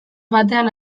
batean